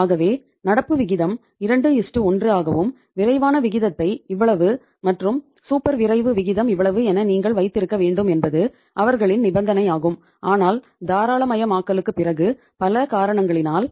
ஆகவே நடப்பு விகிதம் 21 ஆகவும் விரைவான விகிதத்தை இவ்வளவு மற்றும் சூப்பர் விரைவு விகிதம் இவ்வளவு என நீங்கள் வைத்திருக்க வேண்டும் என்பது அவர்களின் நிபந்தனையாகும் ஆனால் தாராளமயமாக்கலுக்குப் பிறகு பல காரணங்களினால்